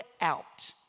out